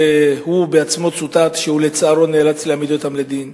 והוא עצמו צוטט שלצערו הוא נאלץ להעמיד בהם לדין.